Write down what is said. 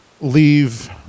leave